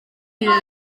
gilydd